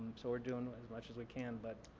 so we're doing as much as we can. but